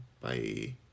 bye